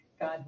God